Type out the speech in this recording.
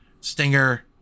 stinger